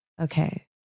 Okay